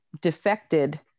defected